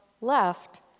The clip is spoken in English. left